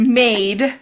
made